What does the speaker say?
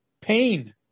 pain